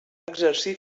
exercir